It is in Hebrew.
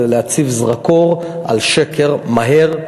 זה להציב זרקור על שקר מהר,